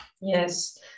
Yes